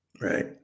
right